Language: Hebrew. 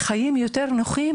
חיים נוחים